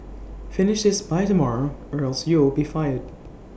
finish this by tomorrow or else you'll be fired